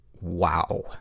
Wow